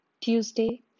Tuesday